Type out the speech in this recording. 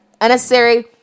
unnecessary